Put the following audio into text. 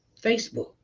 facebook